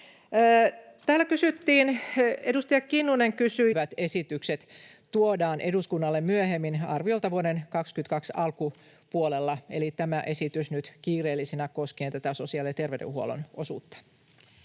ja elinkeinoministeriössä ja niihin liittyvät esitykset tuodaan eduskunnalle myöhemmin, arviolta vuoden 22 alkupuolella. Eli tämä esitys nyt kiireellisenä koskien tätä sosiaali- ja terveydenhuollon osuutta.